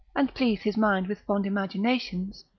and please his mind with fond imaginations,